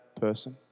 person